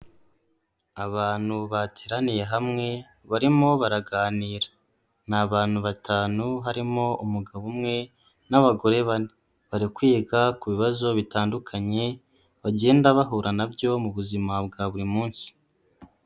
Abantu bateraniye hamwe barimo baraganira, ni abantu batanu harimo umugabo umwe n'abagore bane bari kwiga ku bibazo bitandukanye bagenda bahura na byo mu buzima bwa buri munsi.